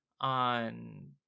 on